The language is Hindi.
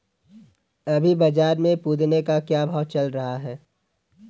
अभी बाज़ार में पुदीने का क्या भाव चल रहा है